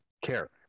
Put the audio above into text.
Care